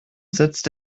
setzt